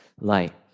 light